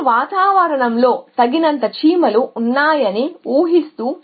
ఈ వాతావరణంలో తగినంత చీమలు ఉన్నాయని ఊహిస్తూ